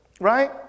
right